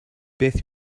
beth